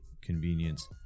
convenience